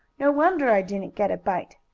no wonder i didn't get a bite.